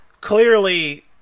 Clearly